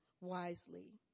wisely